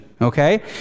okay